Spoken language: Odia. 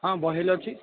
ହଁ ଅଛି